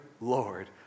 Lord